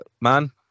man